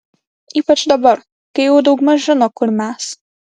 ypač dabar kai jau daugmaž žino kur mes